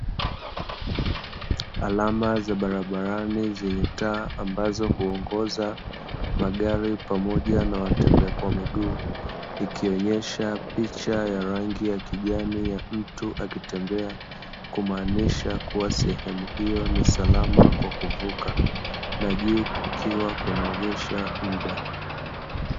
Alama za barabarani zenye taa ambazo huongoza magari pamoja na watembea kwa miguu, ikionyesha picha ya rangi ya kijani ya mtu akitembea, kumaanisha kuwa sehemu hiyo ni salama kwa kuvuka. Na juu kukiwa kunaonyesha muda.